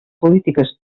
polítiques